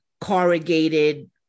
corrugated